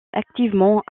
activement